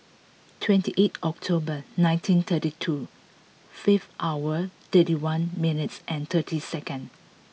twenty eight October nineteen thirty two five hour thirty one minutes and thirty second